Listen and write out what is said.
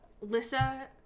Lissa